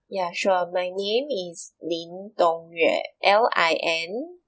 ya sure my name is Lin Dong Yue L I N